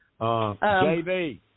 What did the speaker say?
JB